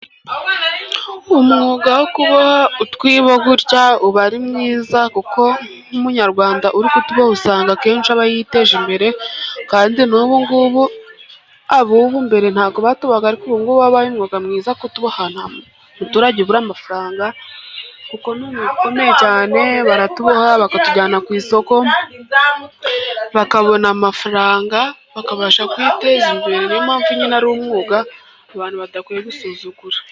Umwuga wo kuba utwiba gutya uba ari mwiza kuko nk'umunyarwanda usanga akenshi aba yiteje imbere kandi n'ubungubu abubu mbere ntabwo batubohaga ariko ubungubu ni umwuga mwiza kuko ntamuturage ubura amafaranga kuko bikomeye cyane baratuboha bakatujyana ku isoko bakabona amafaranga bakabasha kuyiteza imbere niyo mpamvu nyine ari umwuga abantu badakwiye gusuzugura.